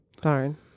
Darn